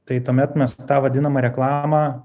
tai tuomet mes tą vadinamą reklamą